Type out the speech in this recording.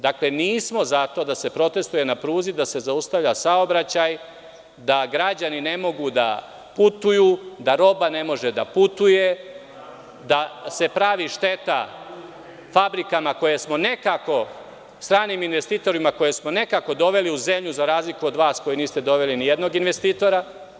Dakle, nismo za to da se protestuje na pruzi, da se zaustavlja saobraćaj, da građani ne mogu da putuju, da roba ne može da putuje, da se pravi šteta fabrikama za koje smo nekako doveli strane investitore u zemlju, za razliku od vas koji niste doveli ni jednog investitora.